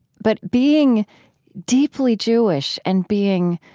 but being deeply jewish and being